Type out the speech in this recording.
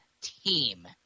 team